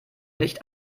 nicht